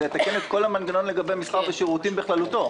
באה לתקן את כל המנגנון לגבי מסחר ושירותים בכללותו.